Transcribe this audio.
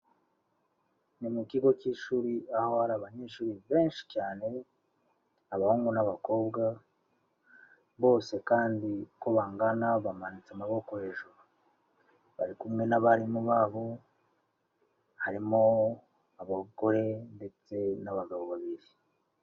Ni mu kigo cy'ishuri aho hari abanyeshuri benshi cyane abahungu n'abakobwa bose kandi uko bangana bamanitse amaboko hejuru, bari kumwe n'abarimu babo harimo abagore ndetse n'abagabo babiri.